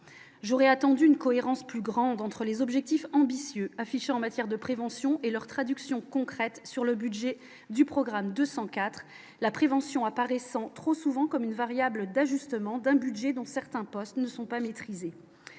j'aurais attendu une cohérence plus grande entre les objectifs ambitieux affichés en matière de prévention et leur traduction concrète sur le budget du programme 200 IV la prévention apparaissant trop souvent comme une variable d'ajustement d'un budget dont certains postes ne sont pas maîtrisés,